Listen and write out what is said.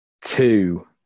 two